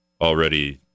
already